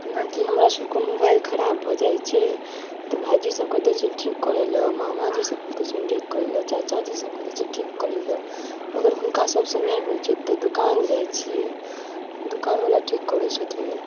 जेनाकि हमरा सबके मोबाइल खराब भऽ जाइ छै तऽ भाइजी सबके दै छियनि ठीक करै लए मामाजी सबके दै छियनि ठीक करै लए चाचा जी सबके दै छियनि ठीक करै लए अगर हुनका सबसँ नहि होइ छै तऽ दुकान जाइ छियै दुकान बला ठीक करै छथिन